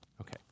Okay